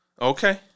Okay